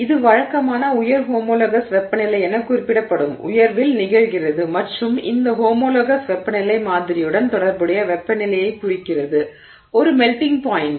இது வழக்கமாக உயர் ஹோமோலோகஸ் வெப்பநிலை என குறிப்பிடப்படும் உயர்வில் நிகழ்கிறது மற்றும் இந்த ஹோமோலோகஸ் வெப்பநிலை மாதிரியுடன் தொடர்புடைய வெப்பநிலையை குறிக்கிறது ஒரு மெல்டிங் பாய்ண்ட்